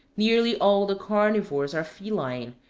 nearly all the carnivores are feline,